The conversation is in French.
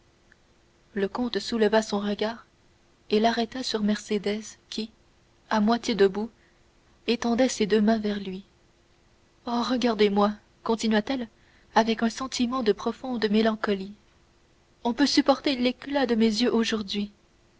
le comte souleva son regard et l'arrêta sur mercédès qui à moitié debout étendait ses deux mains vers lui oh regardez-moi continua-t-elle avec un sentiment de profonde mélancolie on peut supporter l'éclat de mes yeux aujourd'hui